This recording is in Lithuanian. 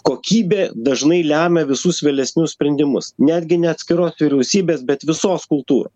kokybė dažnai lemia visus vėlesnius sprendimus netgi ne atskiros vyriausybės bet visos kultūros